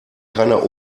keiner